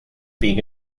being